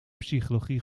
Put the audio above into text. psychologie